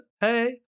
Hey